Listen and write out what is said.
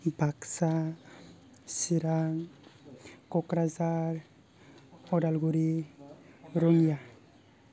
Baksa Chirang Kokrajhar Udalguri Rangia